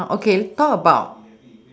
okay talk about